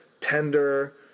tender